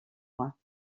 mois